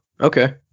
Okay